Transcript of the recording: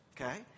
okay